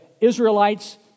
Israelites